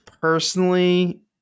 personally